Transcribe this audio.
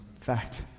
fact